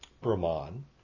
Brahman